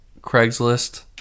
Craigslist